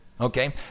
okay